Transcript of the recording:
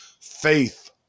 faith